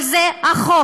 על זה החוק.